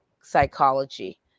psychology